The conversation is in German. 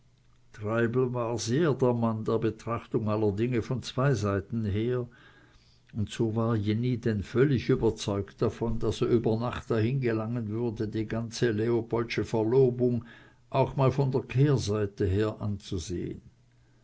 der mann der betrachtung aller dinge von zwei seiten her und so war jenny denn völlig überzeugt davon daß er über nacht dahin gelangen würde die ganze leopoldsche verlobung auch mal von der kehrseite her anzusehen